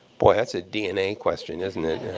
boy, that's a dna question, isn't it,